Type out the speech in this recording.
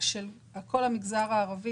וגם במגזר הערבי